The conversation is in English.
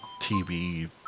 TV